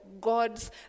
God's